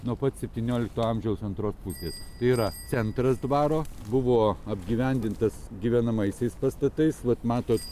nuo pat septyniolikto amžiaus antros pusės tai yra centras dvaro buvo apgyvendintas gyvenamaisiais pastatais vat matot